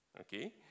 Okay